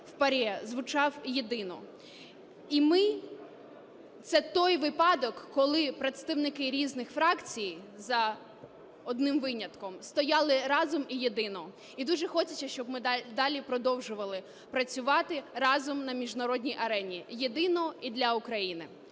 в ПАРЄ звучав єдино. І ми – це той випадок, коли представники різних фракцій, за одним винятком, стояли разом і єдино. І дуже хочеться, щоб ми далі продовжували працювати разом на міжнародній арені єдино і для України.